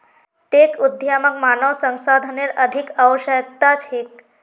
tech उद्यमक मानव संसाधनेर अधिक आवश्यकता छेक